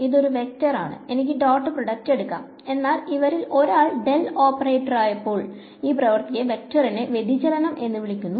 ഇത് ഒരു വെക്റ്ററാണ് എനിക്ക് ഡോട്ട് പ്രോഡക്റ്റ് എടുക്കാം എന്നാൽ ഇവരിൽ ഒരാൾ ഡെൽ ഓപ്പറേറ്ററായപ്പോൾ ഈ പ്രവൃത്തിയെ വെക്റ്ററിന്റെ വ്യതിചലനംഎന്ന് വിളിക്കുന്നു